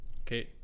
Okay